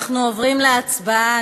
אנחנו עוברים להצבעה.